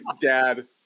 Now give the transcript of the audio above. dad